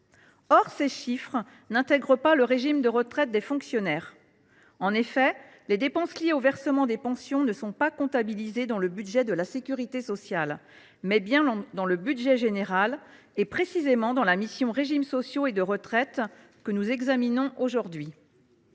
Or ces chiffres n’intègrent pas le régime de retraite des fonctionnaires. En effet, les dépenses liées au versement des pensions sont comptabilisées non pas dans le budget de la sécurité sociale, mais dans le budget général, et précisément dans la mission « Régimes sociaux et de retraite », que nous examinons aujourd’hui.